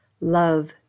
love